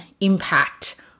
impact